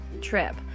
trip